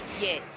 yes